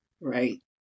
Right